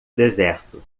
deserto